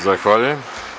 Zahvaljujem.